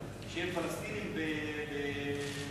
שהם פלסטינים במקורם,